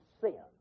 sin